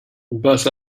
but